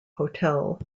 hotel